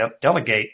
delegate